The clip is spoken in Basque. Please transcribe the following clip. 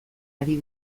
ari